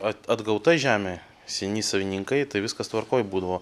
at atgauta žemė seni savininkai tai viskas tvarkoj būdavo